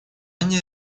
они